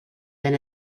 than